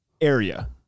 area